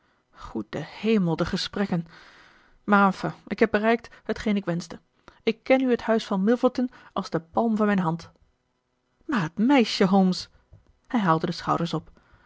goede hemel die gesprekken maar enfin ik heb bereikt hetgeen ik wenschte ik ken nu het huis van milverton als de palm van mijn hand maar het meisje holmes hij haalde de schouders op